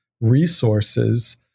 resources